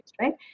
right